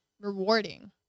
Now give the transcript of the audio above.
rewarding